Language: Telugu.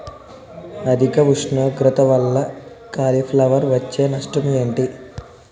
అధిక ఉష్ణోగ్రత వల్ల కాలీఫ్లవర్ వచ్చే నష్టం ఏంటి?